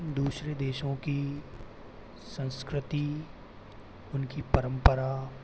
दूसरे देशों की संस्कृति उनकी परंपरा